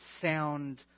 sound